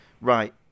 right